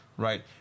Right